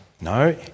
No